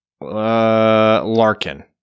Larkin